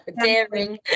daring